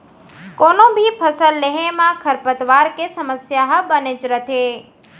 कोनों भी फसल लेहे म खरपतवार के समस्या ह बनेच रथे